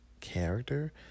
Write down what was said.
character